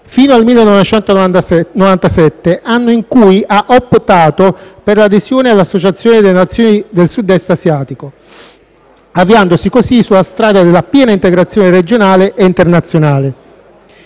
fino al 1997, anno in cui ha optato per l'adesione all'Associazione delle Nazioni del Sud-Est asiatico (ASEAN), avviandosi sulla strada della piena integrazione regionale e internazionale.